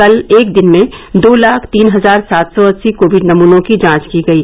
कल एक दिन में दो लाख तीन हजार सात सौ अस्सी कोविड नमूनों की जांच की गयी